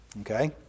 Okay